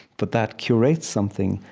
but that curates something,